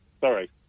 Sorry